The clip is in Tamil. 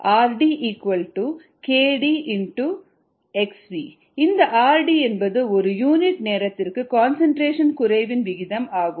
rdkdxv இந்த rd என்பது ஒரு யூனிட் நேரத்திற்கு கன்சன்ட்ரேஷன் குறைவின் விகிதம் ஆகும்